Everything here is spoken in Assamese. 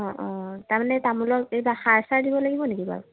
অ অ তাৰমানে তামোলত সাৰ চাৰ দিব লাগিব নেকি বাৰু